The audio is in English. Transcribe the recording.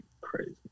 crazy